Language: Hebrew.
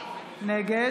נגד